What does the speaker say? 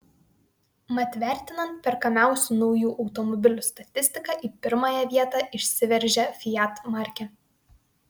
mat vertinant perkamiausių naujų automobilių statistiką į pirmąją vietą išsiveržė fiat markė